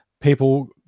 people